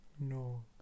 No